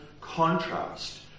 contrast